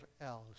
else